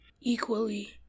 equally